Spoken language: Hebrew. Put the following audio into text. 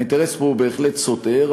והאינטרס פה הוא בהחלט סותר,